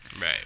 Right